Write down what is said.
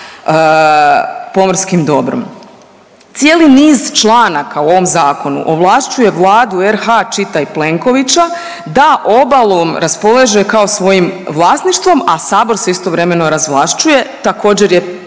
p9omorskim dobrom. Cijeli niz članaka u ovom Zakonu ovlašćuje Vladu RH, čitaj Plenkovića, da obalom raspolaže kao svojim vlasništvom, a Sabor se istovremeno razvlašćuje, također, je